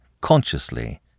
consciously